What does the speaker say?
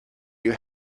you